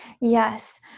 Yes